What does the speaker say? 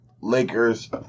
Lakers